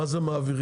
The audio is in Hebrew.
מה זה מעבירים?